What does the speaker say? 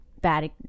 bad